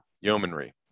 yeomanry